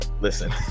Listen